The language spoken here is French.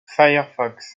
firefox